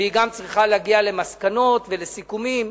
והיא גם צריכה להגיע למסקנות ולסיכומים